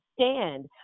stand